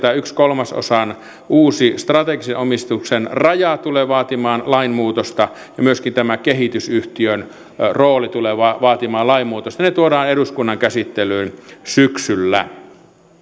tämä yhden kolmasosan uusi strategisen omistuksen raja tulee vaatimaan lainmuutosta ja myöskin tämä kehitysyhtiön rooli tulee vaatimaan lainmuutosta ne tuodaan eduskunnan käsittelyyn syksyllä